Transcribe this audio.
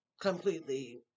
completely